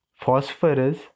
Phosphorus